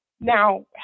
now